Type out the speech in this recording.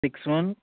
six one